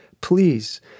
please